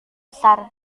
besar